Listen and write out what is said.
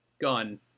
gun